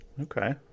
Okay